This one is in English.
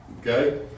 Okay